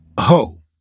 Ho